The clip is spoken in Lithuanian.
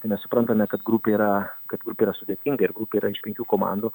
tai mes suprantame kad grupė yra kad yra sudėtinga ir grupė yra iš penkių komandų